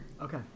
Okay